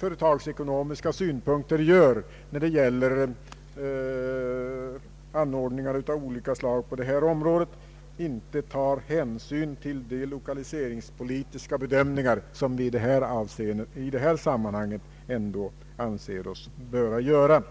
företagsekonomiska synpunkter när det gäller anordningar av olika slag på detta område tar man inte hänsyn till de lokaliseringspolitiska avvägningar som vi i detta sammanhang bör göra.